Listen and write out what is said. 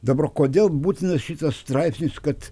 dabar kodėl būtinas šitas straipsnis kad